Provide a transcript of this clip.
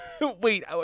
Wait